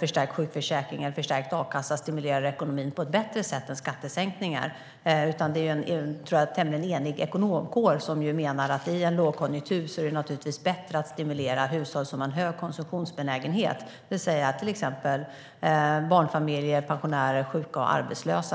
förstärkt sjukförsäkring eller förstärkt a-kassa stimulerar ekonomin på ett bättre sätt än skattesänkningar. Jag tror att det är en tämligen enig ekonomkår som menar att det i en lågkonjunktur naturligtvis är bättre att stimulera hushåll som har en stor konsumtionsbenägenhet, det vill säga exempelvis barnfamiljer, pensionärer, sjuka och arbetslösa.